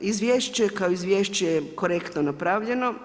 Izviješće kao izvješće je korektno napravljeno.